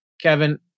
Kevin